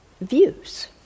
views